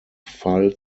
fall